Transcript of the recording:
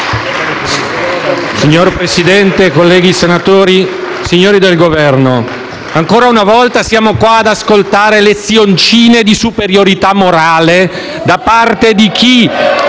Signor Presidente, colleghi senatori, signori del Governo, ancora una volta siamo qui ad ascoltare lezioncine di superiorità morale da parte di chi,